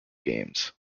games